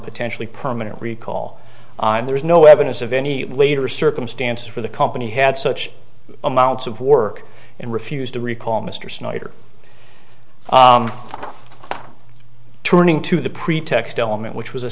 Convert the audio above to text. potentially permanent recall and there is no evidence of any later circumstances for the company had such amounts of work and refused to recall mr snyder turning to the pretext element which was a